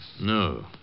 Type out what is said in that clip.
No